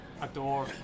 adore